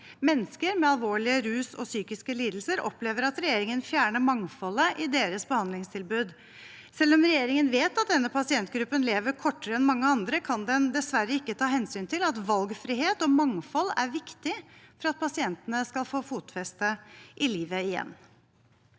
Mennesker med alvorlige ruslidelser og psykiske lidelser opplever at regjeringen fjerner mangfoldet i behandlingstilbudet deres. Selv om regjeringen vet at denne pasientgruppen lever kortere enn mange andre, kan den dessverre ikke ta hensyn til at valgfrihet og mangfold er viktig for at pasientene skal få fotfeste i livet igjen.